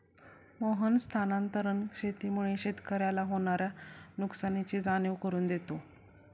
मोहन स्थानांतरण शेतीमुळे शेतकऱ्याला होणार्या नुकसानीची जाणीव करून देतो